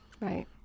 Right